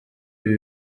ibi